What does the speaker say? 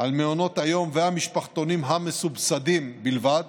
למעונות היום והמשפחתונים המסובסדים בלבד